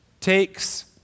takes